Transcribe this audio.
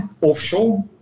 offshore